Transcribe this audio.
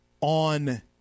on